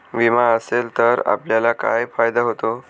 विमा असेल तर आपल्याला काय फायदा होतो?